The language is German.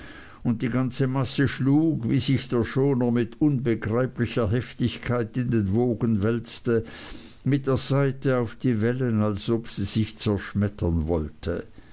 und die ganze masse schlug wie sich der schoner mit unbeschreiblicher heftigkeit in den wogen wälzte mit der seite auf die wellen als ob sie sich zerschmettern wollte